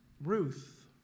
Ruth